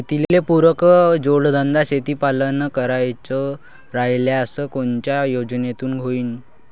शेतीले पुरक जोडधंदा शेळीपालन करायचा राह्यल्यास कोनच्या योजनेतून होईन?